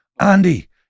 Andy